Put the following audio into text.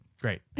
Great